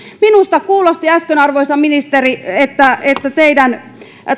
minusta kuulosti äsken arvoisa ministeri että että teidän